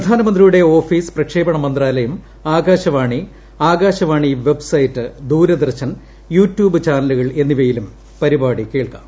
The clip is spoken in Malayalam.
പ്രധാനമന്ത്രിയുടെ ഓഫീസ് പ്രക്ഷേപണ മന്ത്രാലയം Akashvani Akashvani website Doordarshan YouTube ചാനലുകൾ എന്നിവയിലും പരിപാടി കേൾക്കാം